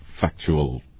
factual